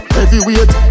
Heavyweight